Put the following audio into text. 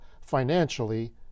financially